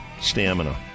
stamina